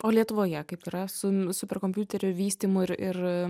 o lietuvoje kaip yra su superkompiuterių vystymu ir ir